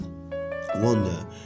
wonder